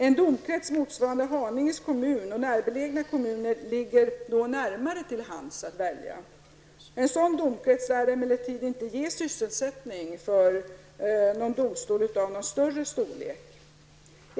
En domkrets motsvarande Haninge kommun och närbelägna kommuner ligger då närmare till hands att välja. En sådan domkrets lär emellertid inte ge sysselsättning för en domstol av större storlek.